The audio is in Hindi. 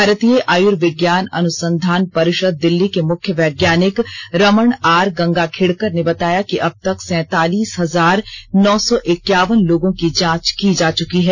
भारतीय आयुर्विज्ञान अनुसंधान परिषद दिल्ली के मुख्य वैज्ञानिक रमण आर गंगाखेड़कर ने बताया कि अब तक सैतालीस हजार नौ सौ इक्यावन लोगों की जांच की जा चुकी है